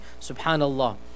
subhanallah